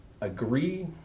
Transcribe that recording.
agree